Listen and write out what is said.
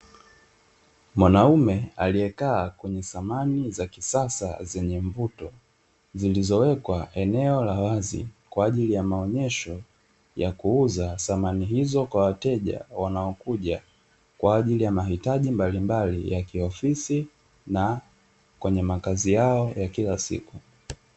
Mwanaume aliyekaa kwenye samani za kisasa zenye mvuto, zilizowekwa eneo la wazi, kwa ajili ya maonyesho ya kuuza samani hizo kwa wateja wanaokuja, kwa ajili ya mahitaji mbalimbali ya kiofisi na kwenye makazi yao ya kila siku.